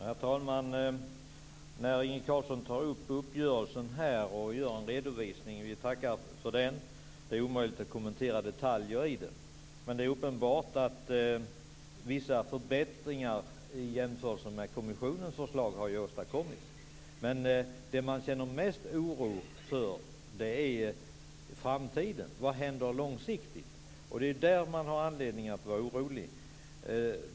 Herr talman! Inge Carlsson har redogjort för uppgörelsen. Vi tackar för redovisningen. Det är omöjligt att kommentera detaljer. Det är uppenbart att vissa förbättringar i jämförelse med kommissionens förslag har åstadkommits. Det man känner mest oro för är vad som långsiktigt kommer att hända i framtiden.